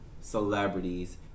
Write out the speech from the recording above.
celebrities